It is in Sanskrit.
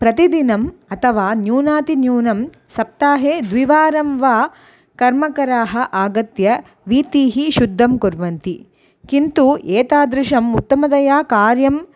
प्रतिदिनम् अथवा न्यूनातिन्यूनं सप्ताहे द्विवारं वा कर्मकराः आगत्य वीथीं शुद्धं कुर्वन्ति किन्तु एतादृशम् उत्तमतया कार्यम्